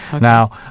now